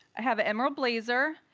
i have an emerald blazer,